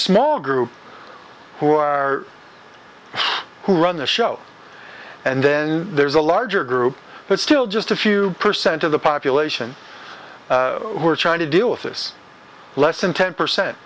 small group who are who run the show and then there's a larger group but still just a few percent of the population we're trying to deal with is less than ten percent